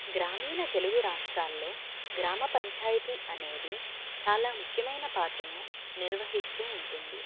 గ్రామీణ తెలుగు రాష్ట్రాల్లో గ్రామపంచాయతీ అనేది చాలా ముఖ్యమైన పాత్రను నిర్వహిస్తూ ఉంటుంది